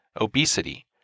obesity